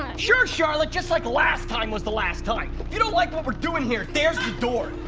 sure, charlotte! just like last time was the last time! if you don't like what we're doing here there's the door!